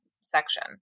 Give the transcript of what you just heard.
section